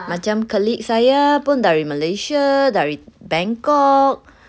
macam colleague saya pun dari malaysia dari bangkok